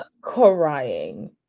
crying